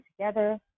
together